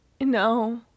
no